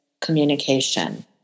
communication